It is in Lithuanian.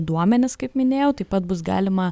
duomenis kaip minėjau taip pat bus galima